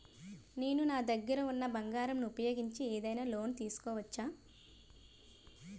నేను నా దగ్గర ఉన్న బంగారం ను ఉపయోగించి ఏదైనా లోన్ తీసుకోవచ్చా?